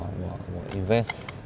!wah! 我 invest